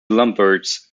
lombards